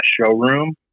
showroom